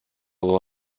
will